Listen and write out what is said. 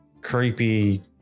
creepy